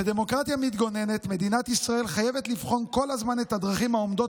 כדמוקרטיה מתגוננת מדינת ישראל חייבת לבחון כל הזמן את הדרכים העומדות